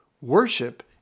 Worship